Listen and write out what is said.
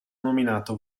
nominato